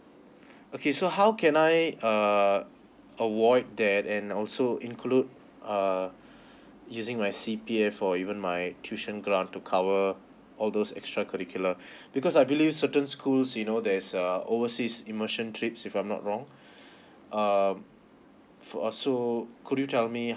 okay so how can I err avoid that and also include uh using my C_P_F or even my tuition grant to cover all those extra curricular because I believe certain schools you know there's a overseas immersion trip if I'm not wrong um for also could you tell me